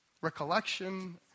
recollection